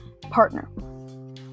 partner